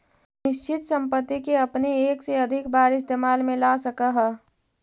निश्चित संपत्ति के अपने एक से अधिक बार इस्तेमाल में ला सकऽ हऽ